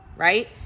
right